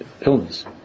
illness